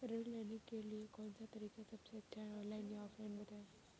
ऋण लेने के लिए कौन सा तरीका सबसे अच्छा है ऑनलाइन या ऑफलाइन बताएँ?